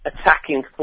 attacking